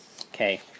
Okay